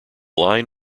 line